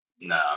No